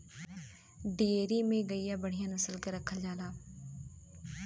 dairy में गइया बढ़िया नसल के रखल जाला